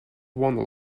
one